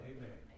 Amen